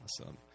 Awesome